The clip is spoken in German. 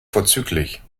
vorzüglich